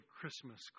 Christmas